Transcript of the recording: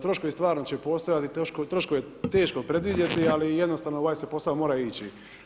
Troškovi stvarno će postojati, troškove je teško predvidjeti, ali jednostavno u ovaj se posao mora ići.